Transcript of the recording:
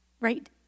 right